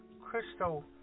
Crystal